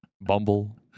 Bumble